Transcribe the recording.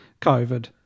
COVID